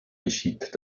geschieht